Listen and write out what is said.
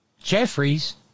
Jeffries